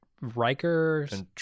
Riker's